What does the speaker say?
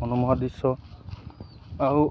মনোমোহা দৃশ্য আৰু